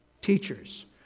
teachers